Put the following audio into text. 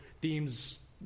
deems